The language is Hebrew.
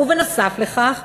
ובנוסף לכך,